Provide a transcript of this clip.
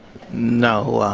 no,